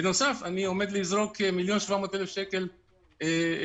בנוסף אני עומד לזרוק 1,700,000 שקל דברים